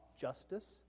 justice